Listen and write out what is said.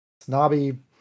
snobby